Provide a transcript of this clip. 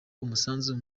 umusanzu